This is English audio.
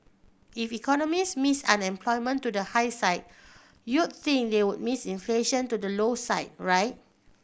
if economists missed unemployment to the high side you'd think they would miss inflation to the low side right